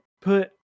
put